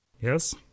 Yes